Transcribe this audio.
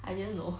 I didn't know